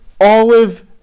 olive